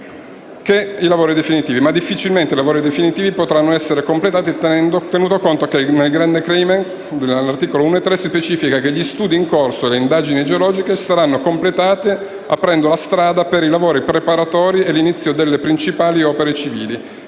ma difficilmente i lavori definitivi potranno essere completati, tenuto conto che nel Grant agreement, all'articolo 1, comma 3, si specifica che gli studi in corso e le indagini geologiche saranno completati aprendo la strada per i lavori preparatori e l'inizio delle principali opere civili,